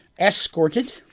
escorted